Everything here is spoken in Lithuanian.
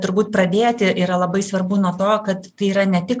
turbūt pradėti yra labai svarbu nuo to kad tai yra ne tik